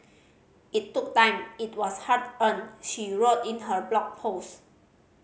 it took time it was hard earned she wrote in her blog post